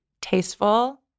tasteful